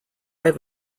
have